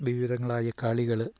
വിവിധങ്ങളായ കളികള്